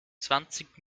zwanzig